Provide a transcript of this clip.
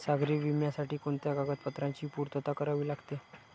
सागरी विम्यासाठी कोणत्या कागदपत्रांची पूर्तता करावी लागते?